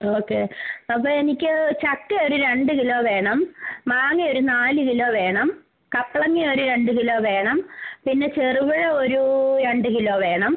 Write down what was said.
okay അപ്പം എനിക്ക് ചക്ക ഒരു രണ്ട് കിലോ വേണം മാങ്ങ ഒരു നാല് കിലോ വേണം കപ്പ്ളങ്ങ ഒരു രണ്ട് കിലോ വേണം പിന്നെ ചെറുപഴം ഒരു രണ്ട് കിലോ വേണം